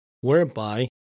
whereby